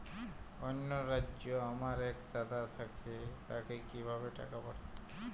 অন্য রাজ্যে আমার এক দাদা থাকে তাকে কিভাবে টাকা পাঠাবো?